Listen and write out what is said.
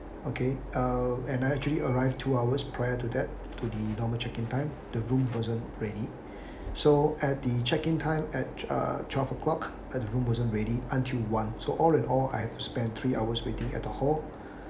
okay uh and I actually arrived two hours prior to that to the normal check in time the room wasn't ready so at the check in time at uh twelve o'clock my room wasn't ready until one so all and all I've to spend three hours waiting at the hall